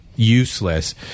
Useless